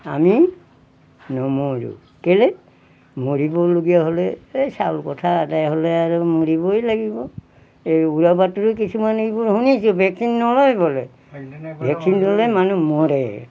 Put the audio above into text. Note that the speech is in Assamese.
আমি নমৰোঁ কেলে মৰিবলগীয়া হ'লে এই চাউল কথা আদায় হ'লে আৰু মৰিবই লাগিব এই উৰা বাতৰি কিছুমান এইবোৰ শুনিছোঁ ভেকচিন নলয় বোলে ভেকচিন ল'লে মানুহ মৰে